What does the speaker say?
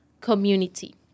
community